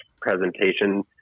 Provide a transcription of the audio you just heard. presentation